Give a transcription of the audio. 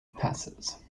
passes